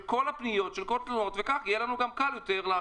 כל הפניות והתלונות ויהיה לנו גם יותר קל לעקוב